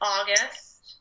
August